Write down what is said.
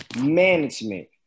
management